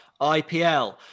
IPL